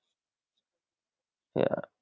ya